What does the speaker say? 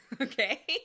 Okay